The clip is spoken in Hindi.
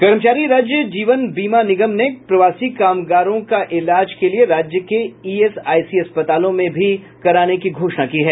कर्मचारी राज्य जीवन बीमा निगम ने प्रवासी कामगारों के लिए राज्य के ईएसआईसी अस्पतालों में भी इलाज कराने की घोषणा की है